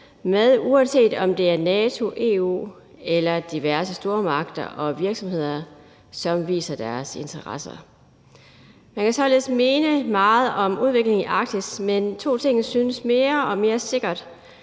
med, uanset om det er NATO, EU eller diverse stormagter og virksomheder, som viser interesse. Man kan således mene meget om udviklingen i Arktis, men to ting synes mere og mere sikkert